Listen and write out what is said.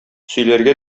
сөйләргә